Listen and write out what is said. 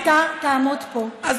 שאתה תעמוד פה ואתה תתנצל.